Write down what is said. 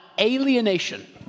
alienation